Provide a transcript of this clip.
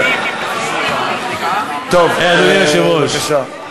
טוב, בבקשה.